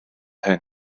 hyn